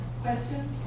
questions